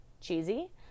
cheesy